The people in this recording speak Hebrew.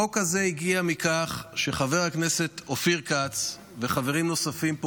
החוק הזה הגיע מכך שחבר הכנסת אופיר כץ וחברים נוספים פה,